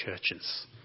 churches